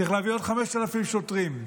להביא עוד 5,000 שוטרים,